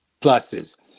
pluses